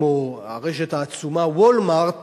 כמו הרשת העצומה "וולמארט",